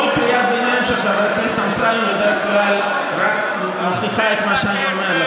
כל קריאת ביניים של חבר הכנסת אמסלם רק מוכיחה את מה שאני אומר,